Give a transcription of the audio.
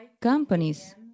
companies